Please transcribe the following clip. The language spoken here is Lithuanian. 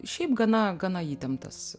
šiaip gana gana įtemptas